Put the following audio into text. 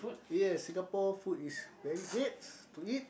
yes Singapore food is very greats to eat